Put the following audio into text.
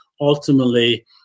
ultimately